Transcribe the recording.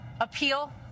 appeal